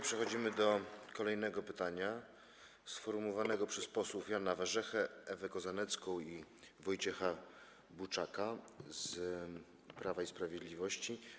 Przechodzimy do kolejnego pytania, sformułowanego przez posłów Jana Warzechę, Ewę Kozanecką i Wojciecha Buczaka z Prawa i Sprawiedliwości.